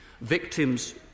Victims